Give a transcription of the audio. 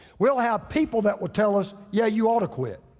we'll have people that will tell us yeah, you ought to quit.